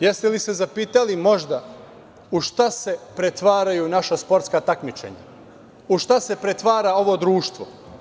Jeste li se zapitali možda, u šta se pretvaraju naša sportska takmičenja, u šta se pretvara ovo društvo?